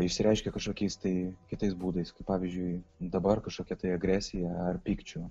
išsireiškia kažkokiais tai kitais būdais pavyzdžiui dabar kažkokia tai agresija ar pykčiu